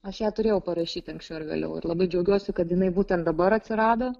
aš ją turėjau parašyti anksčiau ar vėliau ir labai džiaugiuosi kad jinai būtent dabar atsirado